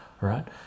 right